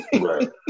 Right